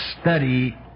study